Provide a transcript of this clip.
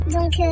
Donc